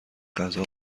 غذا